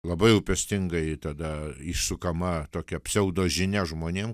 labai rūpestingai tada išsukama tokia pseudožinia žmonėm